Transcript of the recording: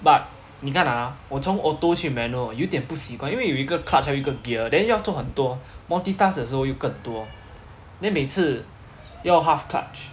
but 你看啊我从 auto 去 manual 有点不习惯因为有一个 clutch 还有一个 gear then 又要做很多 multitask 的时候又更多 then 每次又要 half clutch